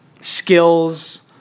skills